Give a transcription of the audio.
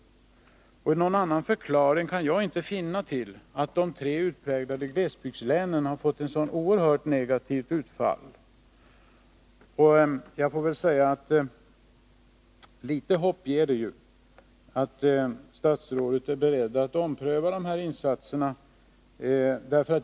Någon annan förklaring kan jag inte finna till att de tre utpräglade glesbygdslänen har fått ett så oerhört negativt utfall. Litet hopp ger det att statsrådet är beredd att ompröva de här insatserna.